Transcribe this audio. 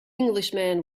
englishman